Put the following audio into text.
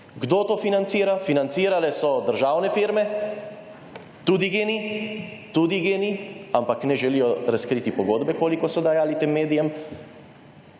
Kdo to financira? Financirale so državne firme, tudi GEN-I, - tudi GEN-I -, ampak ne želijo razkriti pogodbe, koliko so dajali tem medijem